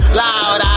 loud